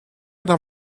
она